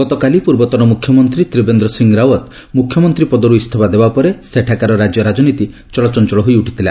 ଗତକାଲି ପୂର୍ବତନ ମୁଖ୍ୟମନ୍ତ୍ରୀ ତ୍ରିବେନ୍ଦ୍ର ସିଂ ରାଓ୍ୱତ୍ ମୁଖ୍ୟମନ୍ତ୍ରୀ ପଦରୁ ଇସ୍ତଫା ଦେବା ପରେ ସେଠାକାର ରାଜ୍ୟ ରାଜନୀତି ଚଳଚଞ୍ଚଳ ହୋଇ ଉଠିଥିଲା